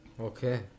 Okay